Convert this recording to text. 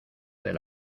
del